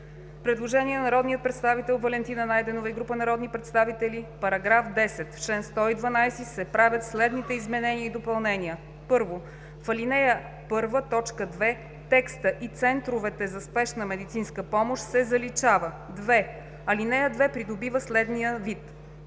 Предложение на народния представител Валентина Найденова и група народни представители: „§ 10. В чл. 112 се правят следните изменения и допълнения: 1. в ал. 1, т. 2 текстът „и центровете за спешна медицинска помощ“ се заличава; 2. ал. 2 придобива следния вид: